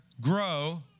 grow